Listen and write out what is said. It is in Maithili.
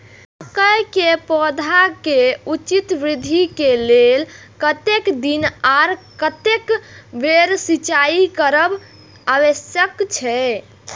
मके के पौधा के उचित वृद्धि के लेल कतेक दिन आर कतेक बेर सिंचाई करब आवश्यक छे?